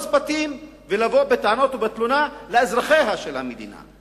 בתים ולבוא בטענות ובתלונה לאזרחיה של המדינה?